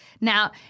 Now